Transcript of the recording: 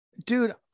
Dude